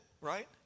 right